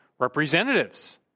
representatives